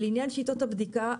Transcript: לעניין שיטות הבדיקה,